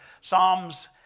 Psalms